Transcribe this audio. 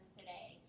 today